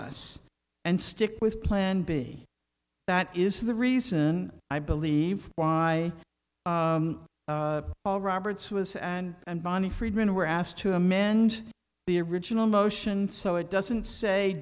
us and stick with plan b that is the reason i believe why all roberts was and bonnie friedman were asked to amend the original motion so it doesn't say